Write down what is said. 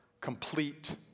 complete